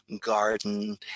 garden